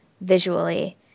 visually